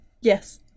Yes